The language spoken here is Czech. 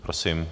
Prosím.